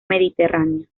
mediterránea